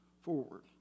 forward